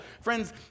Friends